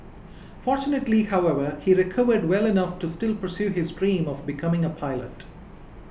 fortunately however he recovered well enough to still pursue his dream of becoming a pilot